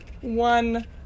one